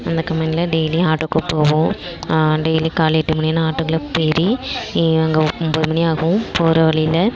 அந்தக் கம்பெனியில் டெய்லியும் ஆட்டோவில் டெய்லி காலை எட்டு மணினால் ஆட்டோவில் ஏறி அங்கே ஒம்பது மணியாகும் போகிற வழியில்